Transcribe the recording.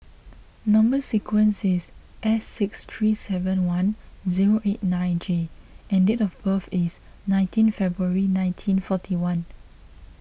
Number Sequence is S six three seven one zero eight nine J and date of birth is nineteen February nineteen forty one